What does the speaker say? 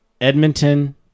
Edmonton